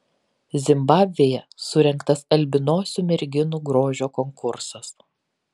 zimbabvėje surengtas albinosių merginų grožio konkursas